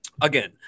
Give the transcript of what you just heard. again